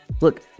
Look